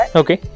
okay